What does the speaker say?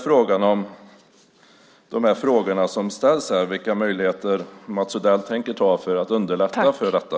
Vad tänker Mats Odell göra för att underlätta detta?